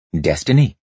Destiny